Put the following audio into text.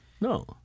No